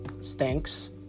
stinks